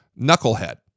knucklehead